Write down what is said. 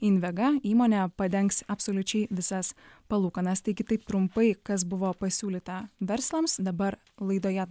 invega įmonė padengs absoliučiai visas palūkanas taigi taip trumpai kas buvo pasiūlyta verslams dabar laidoje